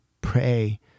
pray